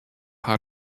har